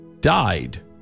died